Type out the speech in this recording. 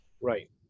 right